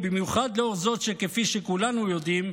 במיוחד לאור זאת שכפי שכולנו יודעים,